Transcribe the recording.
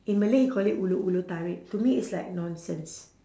in malay you call it hulur hulur tarik to me it's like nonsense